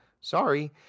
Sorry